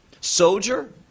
Soldier